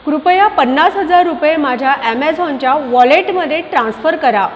कृपया पन्नास हजार रुपये माझ्या ॲमेझॉनच्या वॉलेटमधे ट्रान्स्फर करा